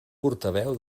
portaveu